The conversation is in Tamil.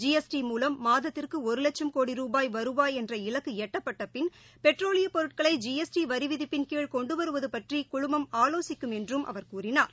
ஜி எஸ் டி மூலம் மாதத்திற்குஒருலட்சும் கோடி ரூபாய் வருவாய் என்ற இலக்குளட்டப்பட்டப்பின் பெட்ரோலியப் பொருட்களை ஜி எஸ் டி வரிவிதிப்பின் கீழ் கொண்டுவருவதபற்றிகுழுமம் ஆலோசிக்கும் என்றும் அவர் கூறினார்